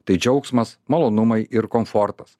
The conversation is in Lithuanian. tai džiaugsmas malonumai ir komfortas